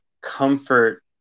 comfort